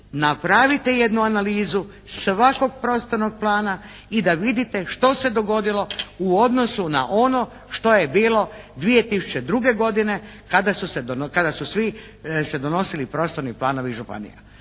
napravite jednu analizu svakog prostornog plana i da vidite što se dogodilo u odnosu na ono što je bilo 2002. godine kada su svi se donosili prostorni planovi županija.